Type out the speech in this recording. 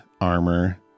armor